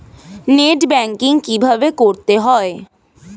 Net banking কীভাবে করতে হয়?